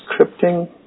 scripting